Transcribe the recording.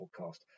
podcast